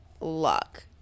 luck